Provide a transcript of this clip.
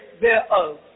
thereof